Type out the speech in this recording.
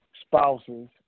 spouses